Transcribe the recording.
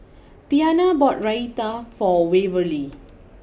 Tiana bought Raita for Waverly